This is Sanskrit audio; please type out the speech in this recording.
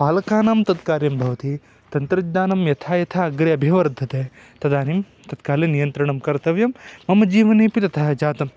पालकानां तत् कार्यं भवति तन्त्रज्ञानं यथा यथा अग्रे अभिवर्धते तदानीं तत्काले नियन्त्रणं कर्तव्यं मम जीवनेऽपि तथा जातं